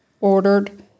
ordered